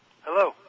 Hello